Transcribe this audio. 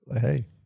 Hey